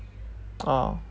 oh